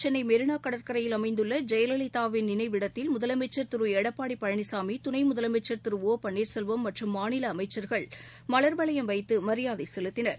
சென்னைமெரினாகடற்கரையில் அமைந்துள்ளஜெயலலிதாவின் நினைவிடத்தில் முதலமைச்சர் திருஎடப்பாடிபழனிசாமி துணைமுதலமைச்சர் திரு ஒ பள்ளீர்செல்வம் மற்றும் மாநிலஅமைச்சர்கள் மலர்தூவிமரியாதைசெலுத்தினர்